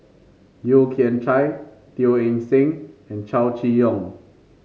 Yeo Kian Chye Teo Eng Seng and Chow Chee Yong